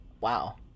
Wow